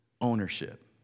ownership